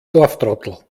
dorftrottel